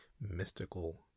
Mystical